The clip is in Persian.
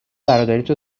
برادریتو